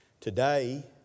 today